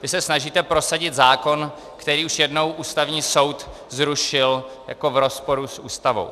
Vy se snažíte prosadit zákon, který už jednou Ústavní soud zrušil jako v rozporu s Ústavou.